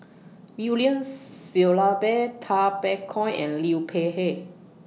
William Shellabear Tay Bak Koi and Liu Peihe